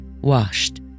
washed